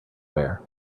wear